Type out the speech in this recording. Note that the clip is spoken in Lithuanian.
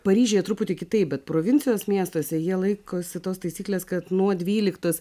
paryžiuje truputį kitaip bet provincijos miestuose jie laikosi tos taisyklės kad nuo dvyliktos